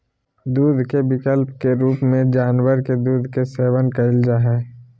दूध के विकल्प के रूप में जानवर के दूध के सेवन कइल जा हइ